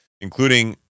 including